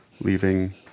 leaving